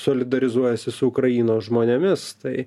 solidarizuojasi su ukrainos žmonėmis tai